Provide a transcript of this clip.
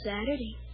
Saturday